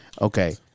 Okay